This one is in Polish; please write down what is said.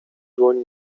dłoń